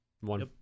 one